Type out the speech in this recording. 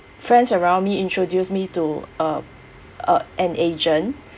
friends around me introduce me to uh uh an agent